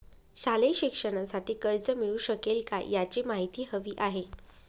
शालेय शिक्षणासाठी कर्ज मिळू शकेल काय? याची माहिती हवी आहे